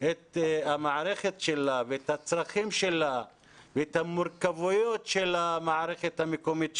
את המערכת שלה ואת הצרכים שלה ואת המורכבויות של המערכת המקומית שלה,